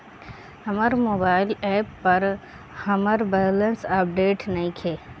हमर mobile app पर हमर बैलेंस अपडेट नइखे